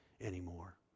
anymore